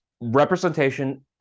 representation